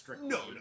no